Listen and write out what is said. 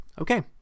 Okay